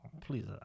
please